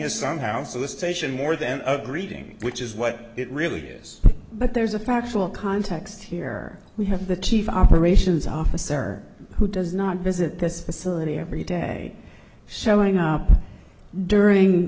is somehow solicitation more than a greeting which is what it really is but there's a factual context here we have the chief operations officer who does not visit this facility every day showing up during